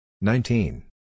Nineteen